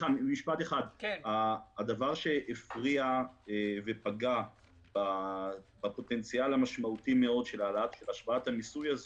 הדבר שהפריע ופגע בפוטנציאל המשמעותי של השפעת המיסוי הזה